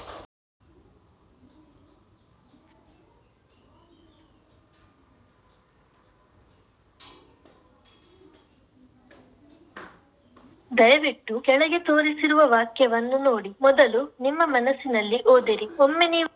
ಭಾರತದ ಹಣಕಾಸು ಸಚಿವಾಲಯ ತೆರಿಗೆ ಬಂಡವಾಳ ಮಾರುಕಟ್ಟೆಗಳು ಕೇಂದ್ರ ಮತ್ತ ರಾಜ್ಯ ಹಣಕಾಸು ಮತ್ತ ಕೇಂದ್ರ ಬಜೆಟ್ಗೆ ಸಂಬಂಧಿಸಿರತ್ತ